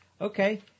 Okay